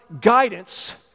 guidance